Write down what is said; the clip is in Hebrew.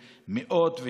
של מאות.